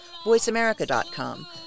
VoiceAmerica.com